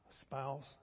spouse